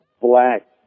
black